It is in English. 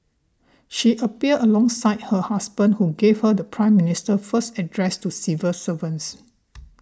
she appeared alongside her husband who gave her the Prime Minister's first address to civil servants